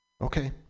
okay